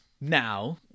now